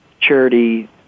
charity